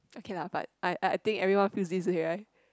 okay lah but I I think everyone feels this way right